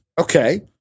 okay